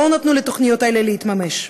לא נתנה לתוכניות האלה להתממש.